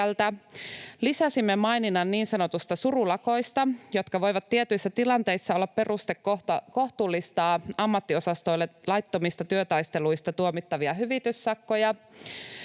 Lisäsimme maininnan niin sanotuista surulakoista, jotka voivat tietyissä tilanteissa olla peruste kohtuullistaa ammattiosastoille laittomista työtaisteluista tuomittavia hyvityssakkoja.